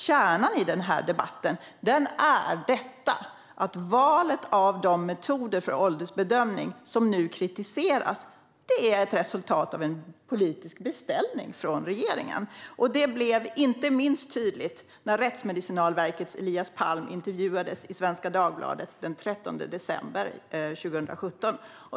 Kärnan i debatten är att valet av de metoder för åldersbedömning som nu kritiseras är ett resultat av en politisk beställning från regeringen. Det blev tydligt inte minst när Rättsmedicinalverkets Elias Palm intervjuades i Svenska Dagbladet den 13 december 2017.